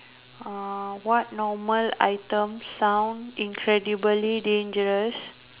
uh what normal item sound incredibly dangerous